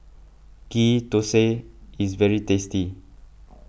Ghee Thosai is very tasty